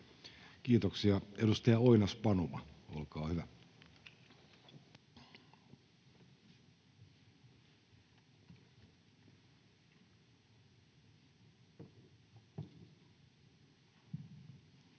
Kiitoksia. — Edustaja Oinas-Panuma, olkaa hyvä. Arvoisa